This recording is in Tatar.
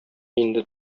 инде